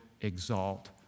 exalt